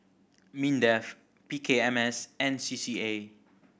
MINDEF P K M S and C C A